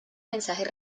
mensajes